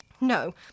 No